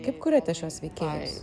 kaip kuriate šiuos veikėjus